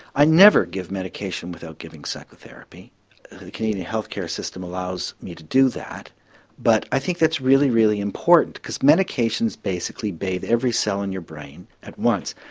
i never give medication without giving psychotherapy. the canadian health care system allows me to do that but i think that's really, really important because medications basically bathe every cell in your brain at once.